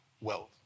wealth